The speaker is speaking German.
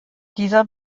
dieser